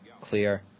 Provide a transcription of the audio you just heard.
clear